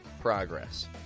progress